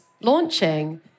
launching